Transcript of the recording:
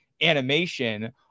animation